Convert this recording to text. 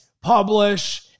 publish